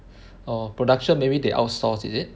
orh production maybe they outsource is it